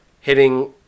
hitting